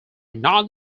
not